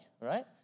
right